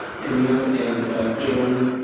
camille and joan,